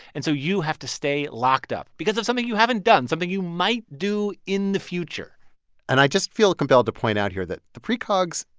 and so you have to stay locked up because of something you haven't done, something you might do in the future and i just feel compelled to point out here that the pre-cogs,